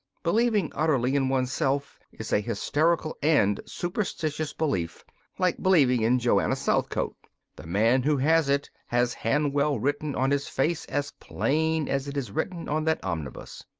believing utterly in one's self is a hysterical and superstitious belief like believing in joanna southcote the man who has it has hanwell written on his face as plain as it is written on that omnibus.